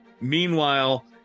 meanwhile